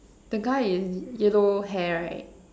the guy is yellow hair right